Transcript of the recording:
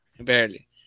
barely